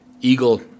eagle